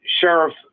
Sheriff